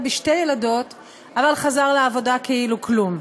בשתי ילדות אבל חזר לעבודה כאילו כלום.